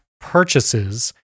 purchases